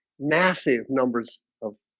massive numbers of